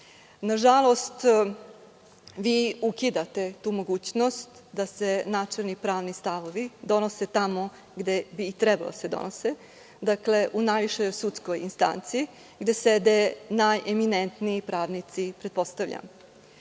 žalost, ukidate tu mogućnost da se načelni pravni stavovi donose tamo gde treba da se donose u najvišoj sudskoj instanci, gde sede najeminentniji pravnici, pretpostavljam.